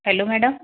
hello madam